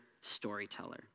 storyteller